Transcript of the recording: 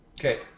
Okay